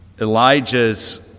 Elijah's